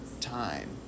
time